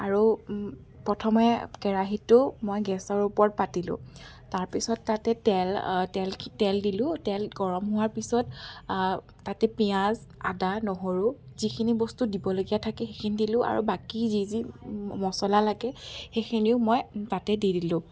আৰু প্ৰথমে কেৰাহীটো মই গেছৰ ওপৰত পাতিলোঁ তাৰপিছত তাতে তেল তেলখি তেল দিলোঁ তেল গৰম হোৱাৰ পিছত তাতে পিঁয়াজ আদা নহৰু যিখিনি বস্তু দিবলগীয়া থাকে সেইখিনি দিলোঁ আৰু বাকি যি যি মছলা লাগে সেইখিনিও মই তাতে দি দিলোঁ